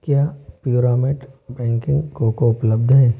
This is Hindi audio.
क्या प्युरामेट बैकिंग कोको उपलब्ध है